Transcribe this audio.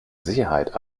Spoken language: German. sicherheit